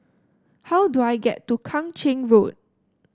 how do I get to Kang Ching Road